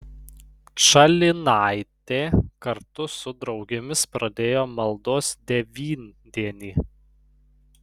pčalinaitė kartu su draugėmis pradėjo maldos devyndienį